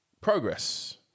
progress